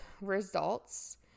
results